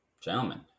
Gentlemen